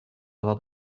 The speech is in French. avoir